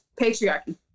patriarchy